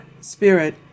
spirit